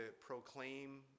proclaim